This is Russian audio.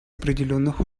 определенных